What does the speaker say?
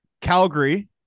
Calgary